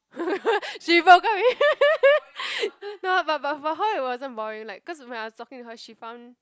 she broke up with him no but but for her it wasn't boring like cause when I was talking to her she found